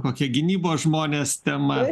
kokia gynybos žmones tema